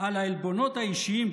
על העלבונות האישיים,